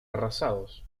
arrasados